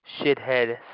shithead